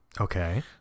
Okay